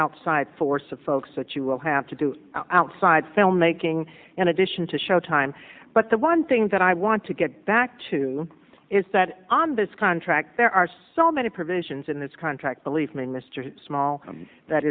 outside force of folks that you will have to do outside filmmaking in addition to showtime but the one thing that i want to get back to is that on this contract there are so many provisions in this contract believe me mr small that